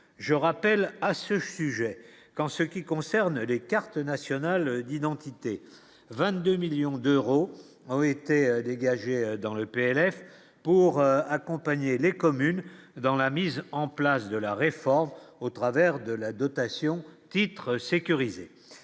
je rappelle à ce sujet qu'en ce qui concerne les cartes nationales d'identité 22 millions d'euros oui était dégagée dans le PLF pour accompagner les communes dans la mise en place de la réforme au travers de la dotation titre sécurisé